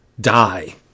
die